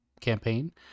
campaign